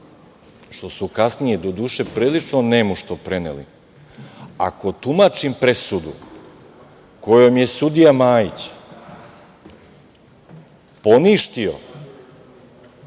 što su kasnije, doduše prilično nemušto preneli, ako tumačim presudu kojom je sudija Majić poništio